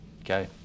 Okay